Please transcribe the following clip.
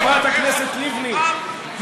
חברת הכנסת לבני,